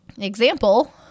example